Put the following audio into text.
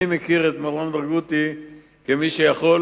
אני מכיר את מרואן ברגותי כמי שיכול